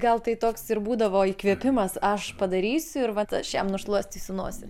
gal tai toks ir būdavo įkvėpimas aš padarysiu ir vat aš jam nušluostysiu nosį